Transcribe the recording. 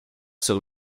sur